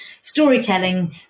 storytelling